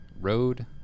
road